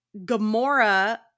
Gamora